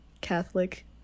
catholic